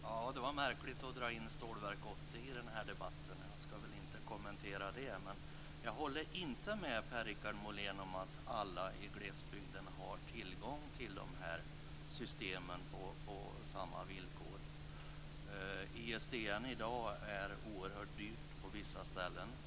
Fru talman! Det var märkligt att dra in Stålverk 80 i denna debatt. Jag skall inte kommentera det. Men jag håller inte med Per-Richard Molén om att alla i glesbygden har tillgång till dessa system på samma villkor. ISDN är i dag oerhört dyrt på vissa ställen.